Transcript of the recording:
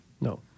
No